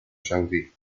saudí